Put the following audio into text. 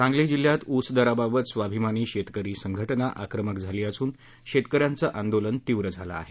सांगली जिल्ह्यात ऊस दराबाबत स्वाभिमानी शेतकरी संघटना आक्रमक झाली असून शेतकऱ्यांचं आंदोलन तीव्र झालं आहे